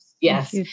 yes